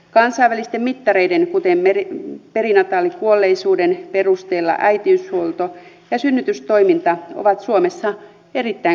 kansainvälisten mittareiden kuten perinataalikuolleisuuden perusteella äitiyshuolto ja synnytystoiminta ovat suomessa erittäin korkeatasoisia